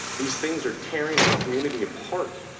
these things are tearing our community apart.